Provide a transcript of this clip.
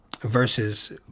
versus